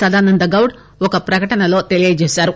సదానందగౌడ్ ఒక ప్రకటనలో తెలియజేశారు